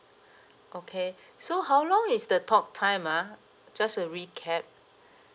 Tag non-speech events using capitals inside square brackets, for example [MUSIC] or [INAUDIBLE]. [BREATH] okay [BREATH] so how long is the talk time ah just to recap